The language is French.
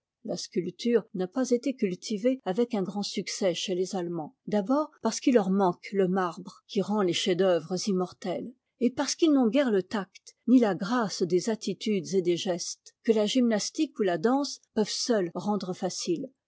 la sculpture n'a pas été cultivée avec un grand succès chez les allemands d'abord parce qu'il leur manque le marbre qui rend les chefs-d'œuvre immortels et parce qu'ils n'ont guère le tact ni la grâce des attitudes et des gestes que la gymnastique ou la danse peuvent seules rendre faciles